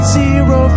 zero